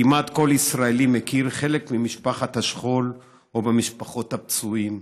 כמעט כל ישראלי מכיר חלק ממשפחת השכול או ממשפחות הפצועים.